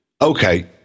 Okay